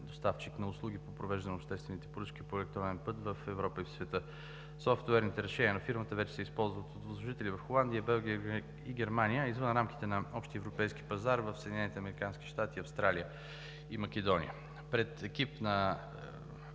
доставчик на услуги по провеждане на обществените поръчки по електронен път в Европа и в света. Софтуерните решения на фирмата вече се използват от възложители в Холандия, Белгия и Германия, а извън рамките на общия европейски пазар – в САЩ, Австралия и Македония. Пред екипа на